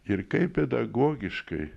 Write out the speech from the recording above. ir kaip pedagogiškai